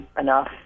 enough